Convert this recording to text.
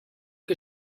que